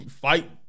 fight